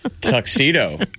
tuxedo